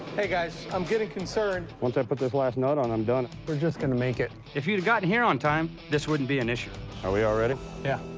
hey guys i'm getting concerned once i put this last note on i'm done we're just gonna make it if you'd gotten here on time this wouldn't be an issue are we all ready yeah